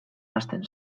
hasten